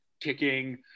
kicking